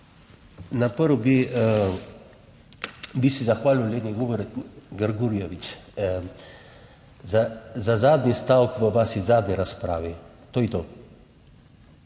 Najprej bi se zahvalil Leni Grgurevič, za zadnji stavek v vaši zadnji razpravi. To je to.